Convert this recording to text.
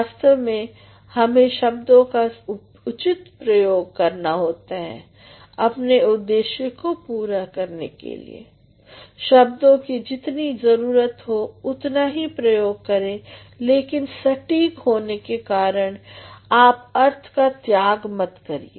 वास्तव में हमें शब्दों का उचित प्रयोग करना होता है अपने उद्देश्य को पूरा करने के लिए शब्दों की जितनी जरुरत हो उतना ही प्रयोग करें लेकिन सटीक होने के लिए आप अर्थ का त्याग मत करिए